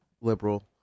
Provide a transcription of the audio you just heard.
liberal